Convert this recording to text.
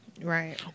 Right